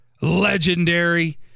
legendary